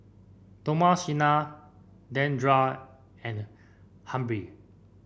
Thomasina Deandra and Humphrey